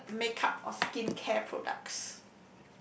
favourite make up or skincare products